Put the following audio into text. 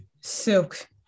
silk